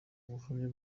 buhamya